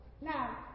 Now